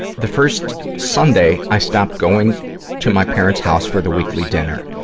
the first sunday i stopped going to my parents' house for the weekly dinner.